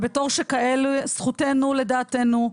ובתור שכאלו זכותנו לדעתנו,